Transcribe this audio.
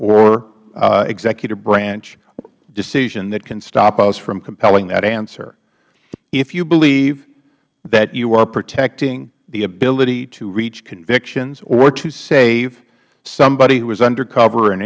or executive branch decision that can stop us from compelling that answer if you believe that you are protecting the ability to reach convictions or to save somebody who is undercover